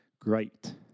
great